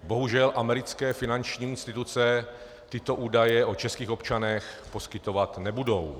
Bohužel americké finanční instituce tyto údaje o českých občanech poskytovat nebudou.